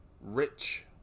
Rich